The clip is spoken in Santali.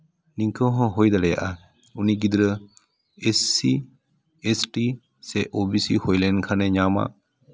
ᱱᱚᱝᱠᱟᱹ ᱦᱚᱸ ᱦᱩᱭ ᱫᱟᱲᱮᱭᱟᱜᱼᱟ ᱩᱱᱤ ᱜᱤᱫᱽᱨᱟᱹ ᱮᱥᱥᱤ ᱮᱥᱴᱤ ᱥᱮ ᱳᱵᱤᱥᱤ ᱦᱳᱭ ᱞᱮᱱᱠᱷᱟᱱᱮ ᱧᱟᱢᱟ